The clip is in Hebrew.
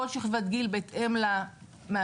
כל שכבת גיל בהתאם למאפיינים,